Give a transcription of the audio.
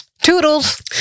Toodles